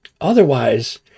Otherwise